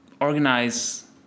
organize